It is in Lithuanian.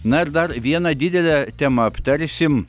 na ir dar vieną didelę temą aptarsim